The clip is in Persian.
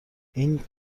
این